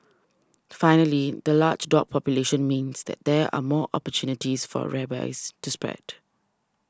finally the large dog population means that there are more opportunities for rabies to spread